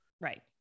Right